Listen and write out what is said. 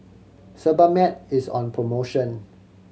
Sebamed is on promotion